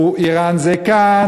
"איראן זה כאן",